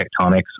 tectonics